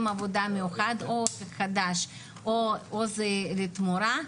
עבודה מיוחד אופק חדש או עוז לתמורה,